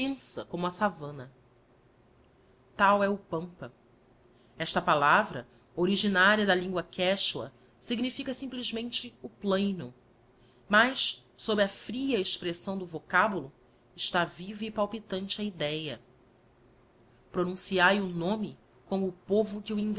immensa como a savana tal é o pampa esta palavra originaria da lingua kechua si gnifica simplesmente o plaino mas sob a fria expressão do vocábulo está viva e palpitante a idéa pronunciae o nome como o povo que